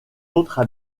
autres